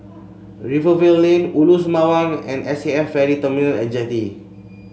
Rivervale Lane Ulu Sembawang and S A F Ferry Terminal amd Jetty